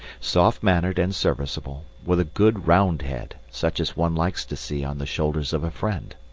soft-mannered and serviceable, with a good round head, such as one likes to see on the shoulders of a friend.